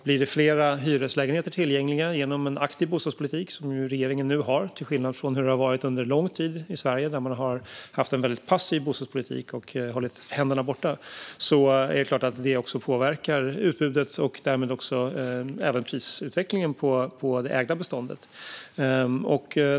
Blir det fler hyreslägenheter tillgängliga genom en aktiv bostadspolitik, vilket ju regeringen nu har, till skillnad från hur det under lång tid har varit i Sverige, då man har haft en väldigt passiv bostadspolitik och hållit händerna borta, påverkar det också utbudet och prisutvecklingen på det ägda beståndet.